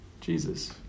Jesus